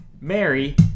Mary